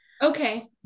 Okay